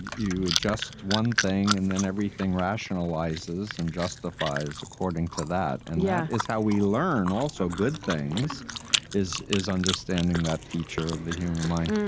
you just one thing and then everything rationalizes and justifies according to that. and that yeah is how we learn also good things is is understanding that feature of the human mind.